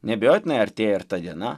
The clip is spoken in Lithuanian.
neabejotinai artėja ir ta diena